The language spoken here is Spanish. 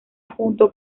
junto